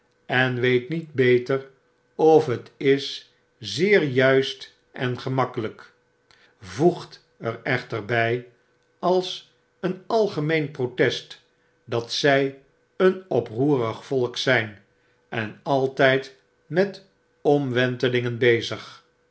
en weet niet beter of het is zeerjuistengemakkelijk voegt er echter bjj als een algemeen protest dat zy een oproerig volk zjjn en altyd metomwentelingen bezig